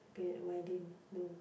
pia~ violin no